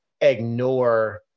ignore